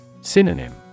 Synonym